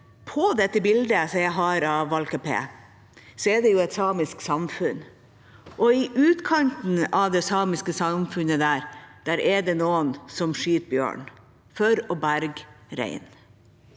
På det bildet som jeg har av Valkeapää, er det et samisk samfunn, og i utkanten av dette samiske samfunnet er det noen som skyter bjørn for å berge rein.